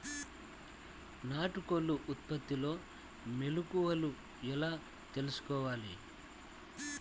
నాటుకోళ్ల ఉత్పత్తిలో మెలుకువలు ఎలా తెలుసుకోవాలి?